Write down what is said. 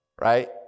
right